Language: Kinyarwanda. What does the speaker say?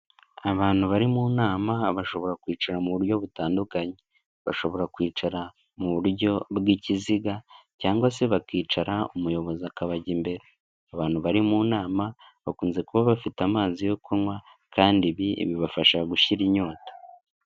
Abantu bari mu nama bashobora kwicara mu buryo butandukanye, bashobora kwicara mu buryo bw'ikiziga, cyangwa se bakicara umuyobozi akabajya imbere. Abantu bari mu nama bakunze kuba bafite amazi yo kunywa kandi ibi bibafasha gushira inyota.